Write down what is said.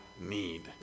need